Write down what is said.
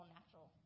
natural